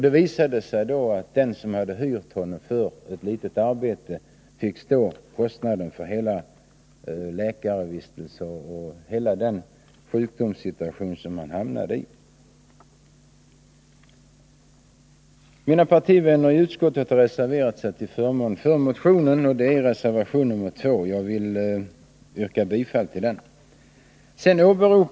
Det visade sig då att den som hade hyrt honom för ett litet arbete fick betala kostnaden för läkarvården och hela den sjukdomssituation som vederbörande hamnade i. Mina partivänner i utskottet har reserverat sig till förmån för motionen. Det gäller reservation nr 2, och jag vill yrka bifall till den.